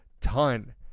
ton